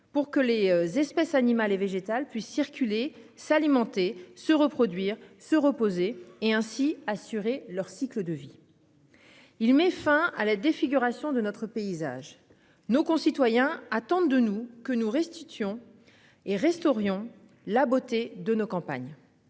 pour que les espèces animales et végétales puissent circuler s'alimenter se reproduire se reposer et ainsi assurer leur cycle de vie.-- Il met fin à la défiguration de notre paysage. Nos concitoyens attendent de nous que nous restions et resterions la beauté de nos campagnes.